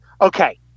okay